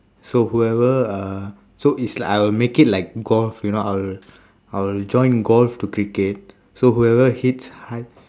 so whoever uh so it's like I will make it like golf you know I'll I'll join golf to cricket so whoever hits high